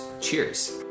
Cheers